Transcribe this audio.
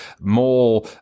more